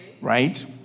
Right